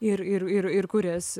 ir ir ir ir kurias